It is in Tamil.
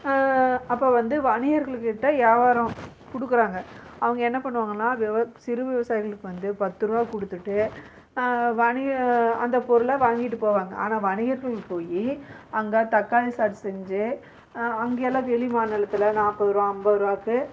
அப்போ வந்து வணிகர்கள்கிட்ட வியாவாரம் கொடுக்குறாங்க அவங்க என்ன பண்ணுவாங்கன்னால் விவ சிறு விவாயிகளுக்கு வந்து பத்துரூவா கொடுத்துட்டு வணிக அந்த பொருளை வாங்கிட்டு போவாங்க ஆனால் வணிகர்கள் போய் அங்கே தக்காளி சாறு செஞ்சு அங்கெல்லாம் வெளி மாநிலத்தில் நாற்பதுருவா ஐம்பதுருவாக்கு